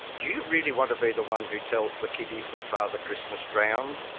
do you really want to be the one who tells the kiddies that father christmas drowned?